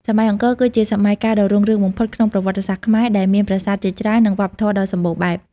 សម័យអង្គរគឺជាសម័យកាលដ៏រុងរឿងបំផុតក្នុងប្រវត្តិសាស្ត្រខ្មែរ ដែលមានប្រាសាទជាច្រើន និងវប្បធម៌ដ៏សម្បូរបែប។